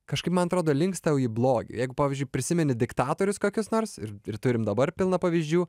kažkaip man atrodo linksta jau į blogį jeigu pavyzdžiui prisimeni diktatorius kokius nors ir turim dabar pilna pavyzdžių